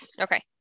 Okay